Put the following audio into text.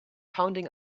pounding